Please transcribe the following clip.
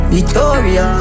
Victoria